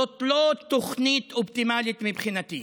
זאת לא תוכנית אופטימלית מבחינתי.